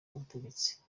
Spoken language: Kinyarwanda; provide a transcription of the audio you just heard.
ubutegetsi